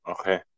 okay